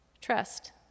trust